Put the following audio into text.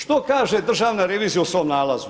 Što kaže državna revizija u svom nalazu?